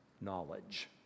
knowledge